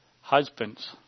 Husbands